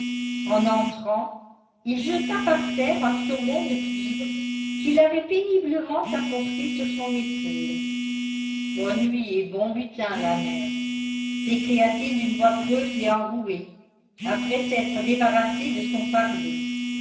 en entrant il jeta par terre un saumon de cuivre qu'il avait péniblement apporté sur son épaule bonne nuit et bon butin la mère s'écria-t-il d'une voix creuse et enrouée après s'être débarrassé de son fardeau